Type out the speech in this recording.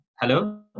Hello